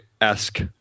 esque